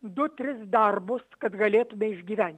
du tris darbus kad galėtume išgyventi